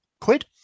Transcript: quid